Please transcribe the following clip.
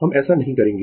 हम ऐसा नहीं करेंगें